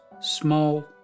small